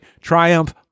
triumph